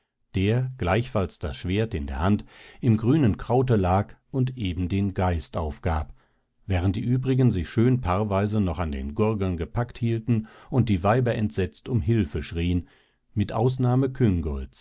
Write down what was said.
der gleichfalls das schwert in der hand im grünen kraute lag und eben den geist aufgab während die übrigen sich schön paarweise noch an den gurgeln gepackt hielten und die weiber entsetzt um hilfe schrieen mit ausnahme